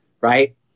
Right